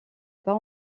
pas